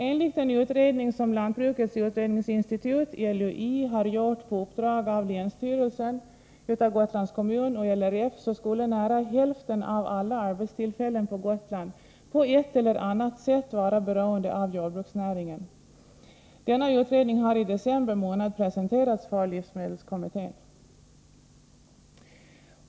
Enligt en utredning som Lantbrukets utredningsinstitut, LUI, har gjort på uppdrag av länsstyrelsen, Gotlands kommun och LRF, skulle nära hälften av alla arbetstillfällen på Gotland på ett eller annat sätt vara beroende av jordbruksnäringen. Denna utredning presenterades i december månad för livsmedelskommittén.